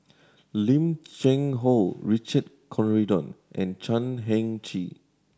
Lim Cheng Hoe Richard Corridon and Chan Heng Chee